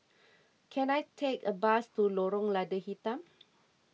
can I take a bus to Lorong Lada Hitam